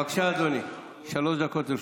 בבקשה, אדוני, שלוש דקות לרשותך.